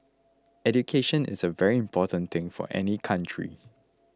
education is a very important thing for any country